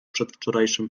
przedwczorajszym